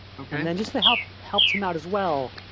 and then just to help help tim out as well,